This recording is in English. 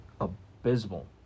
abysmal